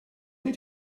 did